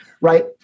Right